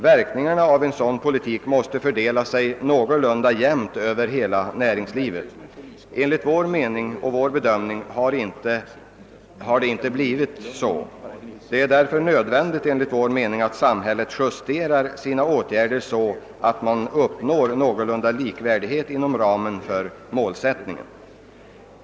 Verkningarna av en sådan politik måste fördela sig någorlunda jämnt över hela näringslivet. Enligt vår bedömning har det inte blivit så i den fråga vi nu diskuterar. Det är därför nödvändigt att samhället justerar sina åtgärder så att man uppnår någorlunda likvärdighet inom ramen för målsättningen.